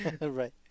Right